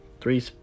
Three